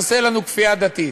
עושה לנו כפייה דתית,